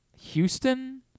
Houston